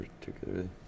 particularly